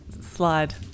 slide